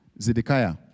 Zedekiah